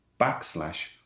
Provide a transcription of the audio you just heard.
backslash